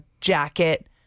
jacket